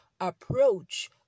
approach